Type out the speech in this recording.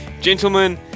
Gentlemen